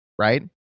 Right